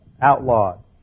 outlawed